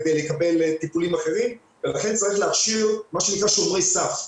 לקבל טיפולים אחרים ולכן צריך להכשיר מה שנקרא שומרי סף.